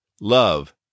Love